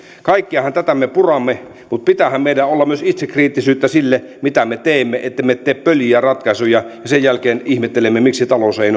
kaikkea tätähän me puramme mutta pitäähän meillä olla myös itsekriittisyyttä sille mitä me teemme ettemme tee pöljiä ratkaisuja ja sen jälkeen ihmettele miksi talous ei